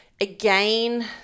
again